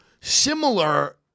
similar